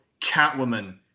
Catwoman